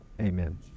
Amen